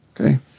Okay